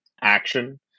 action